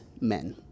men